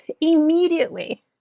immediately